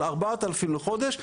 על ארבע אלף בחודש,